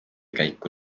käiku